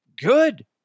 good